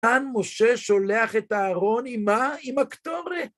כאן משה שולח את אהרון עם מה? אם הקטורת!